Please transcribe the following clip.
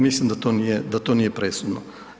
Mislim da to nije presudno.